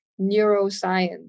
neuroscience